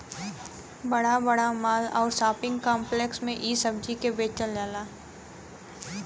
बड़ा बड़ा माल आउर शोपिंग काम्प्लेक्स में इ सब्जी के बेचल जाला